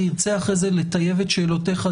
תרצה אחרי זה לטייב את שאלותיך,